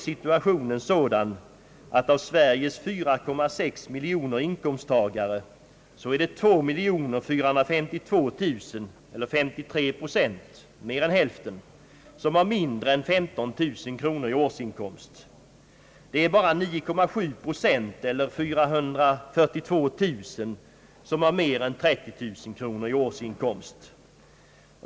Situationen är den, att av Sveriges 4,6 miljoner inkomsttagare är det 2 452 000 eller 53 procent som har mindre än 15 000 kronor i årsinkomst. Det är bara 9,7 procent eller 442 000 som har mer än 30 000 kronor i årsinkomst.